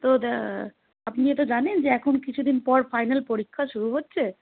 তো আপনি এটা জানেন এখন কিছু দিন পর ফাইনাল পরীক্ষা শুরু হচ্ছে